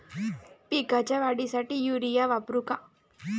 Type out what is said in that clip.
पिकाच्या वाढीसाठी युरिया वापरू का?